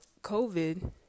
COVID